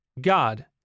God